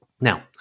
Now